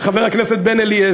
חבר הכנסת בן-אליעזר,